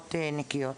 מכורות נקיות,